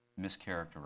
mischaracterized